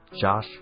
josh